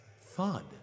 thud